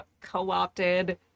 co-opted